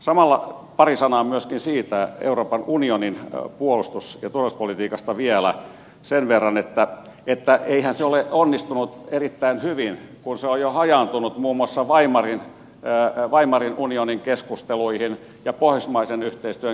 samalla pari sanaa myöskin siitä euroopan unionin puolustus ja turvallisuuspolitiikasta vielä sen verran että eihän se ole onnistunut erittäin hyvin kun se on jo hajaantunut muun muassa keskusteluihin weimarin unionista ja keskusteluihin pohjoismaisesta yhteistyöstä